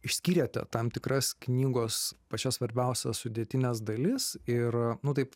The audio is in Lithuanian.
išskyrėte tam tikras knygos pačias svarbiausias sudėtines dalis ir nu taip